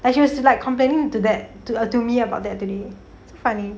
and she was just like complaining to that to to me about that really so funny